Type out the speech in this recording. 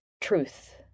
truth